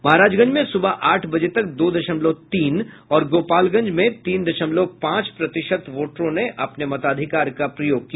महाराजगंज में सुबह आठ बजे तक दो दशमलव तीन और गोपालगंज में तीन दशमलव पांच प्रतिशत वोटरों ने अपने मताधिकार का प्रयोग किया